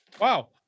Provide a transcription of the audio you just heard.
Wow